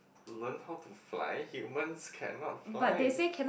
learn to how to fly humans cannot fly